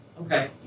Okay